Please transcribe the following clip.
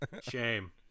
Shame